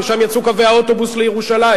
משם יצאו קווי האוטובוס לירושלים,